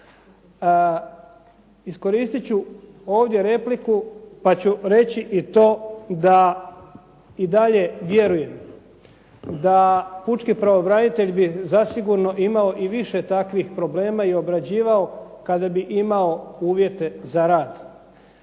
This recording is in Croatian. Iskoristit ću ovdje repliku pa ću reći i to da i dalje vjerujem da pučki pravobranitelj bi zasigurno imao i više takvih problema i obrađivao kada bi imao uvjete za rad.